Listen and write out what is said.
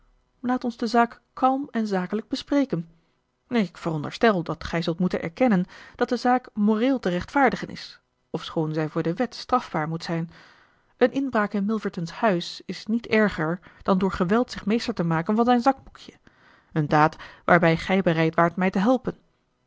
laat ons de zaak kalm en zakelijk bespreken ik veronderstel dat gij zult moeten erkennen dat de zaak moreel te rechtvaardigen is ofschoon zij voor de wet strafbaar moet zijn een inbraak in milverton's huis is niet erger dan door geweld zich meester te maken van zijn zakboekje een daad waarbij gij bereid waart mij te helpen